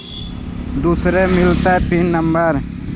दुसरे मिलतै pin number?